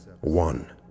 one